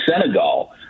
Senegal